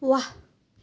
वाह